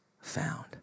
found